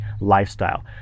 lifestyle